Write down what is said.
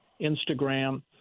Instagram